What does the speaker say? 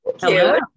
Hello